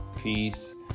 peace